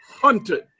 hunted